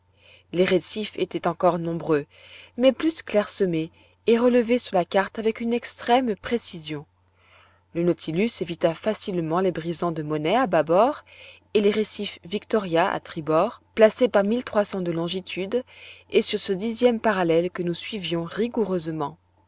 les récifs étaient encore nombreux mais plus clairsemés et relevés sur la carte avec une extrême précision le nautilus évita facilement les brisants de money à bâbord et les récifs victoria à tribord placés par de longitude et sur ce dixième parallèle que nous suivions rigoureusement